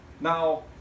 Now